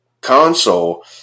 console